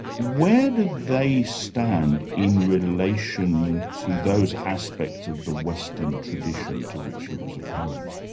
where do they stand in relation to those aspects of the western tradition to which she was opposed?